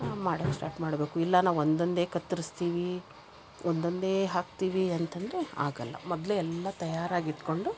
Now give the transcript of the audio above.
ಮಾಡಕ್ಕೆ ಸ್ಟಾರ್ಟ್ ಮಾಡಬೇಕು ಇಲ್ಲ ನಾವು ಒಂದೊಂದೇ ಕತ್ತರಿಸ್ತೀವಿ ಒಂದೊಂದೇ ಹಾಕ್ತೀವಿ ಅಂತಂದರೆ ಆಗೋಲ್ಲ ಮೊದಲೇ ಎಲ್ಲ ತಯಾರಾಗಿ ಇಟ್ಟುಕೊಂಡು